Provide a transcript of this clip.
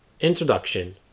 Introduction